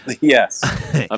Yes